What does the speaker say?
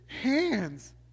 hands